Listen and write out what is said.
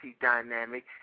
dynamic